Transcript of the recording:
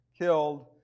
killed